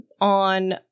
on